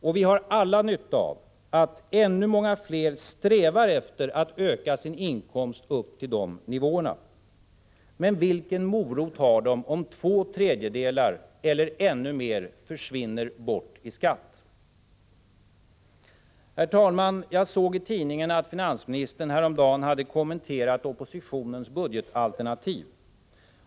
Och vi har alla nytta av att ännu många fler strävar efter att öka sin inkomst upp till dessa nivåer. Men vilken morot har de om två tredjedelar eller ännu mer försvinner i skatt? Herr talman! Häromdagen hade finansministern kommenterat oppositionens budgetalternativ.